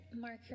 marker